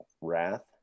wrath